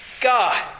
God